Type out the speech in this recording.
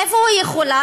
איפה היא יכולה?